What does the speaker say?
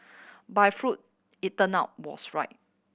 but if Freud it turned out was right